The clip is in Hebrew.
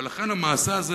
ולכן המעשה הזה,